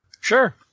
Sure